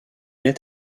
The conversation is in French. est